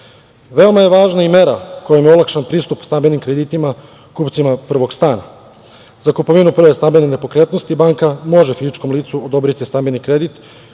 pauze. Veoma je važna i mera kojom je olakšan pristup stambenim kreditima kupcima prvog stana. Za kupovinu prve stambene nepokretnosti banka može fizičkom licu odobriti stambeni kredit